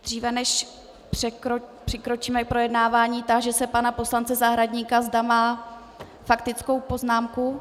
Dříve než přikročíme k projednávání, táži se pana poslance Zahradníka, zda má faktickou poznámku.